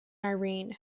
irene